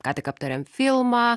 ką tik aptarėm filmą